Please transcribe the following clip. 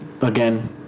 again